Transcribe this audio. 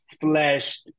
fleshed